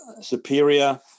Superior